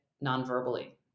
non-verbally